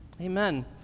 Amen